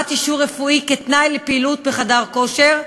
אישור רפואי כתנאי לפעילות בחדר כושר.